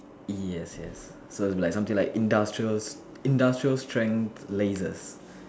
yes yes so it's like something like industrial industrial strength lasers